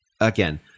Again